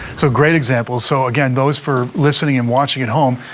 so great example. so again, those for listening and watching at home,